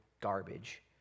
garbage